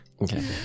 Okay